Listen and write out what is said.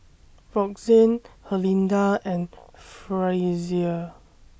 Roxane Herlinda and Frazier